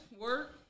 work